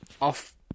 off